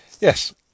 Yes